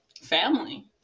family